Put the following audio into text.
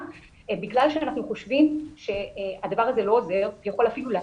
בגלל שאנחנו חושבים שהדבר הזה לא עובר ויכול אפילו להזיק.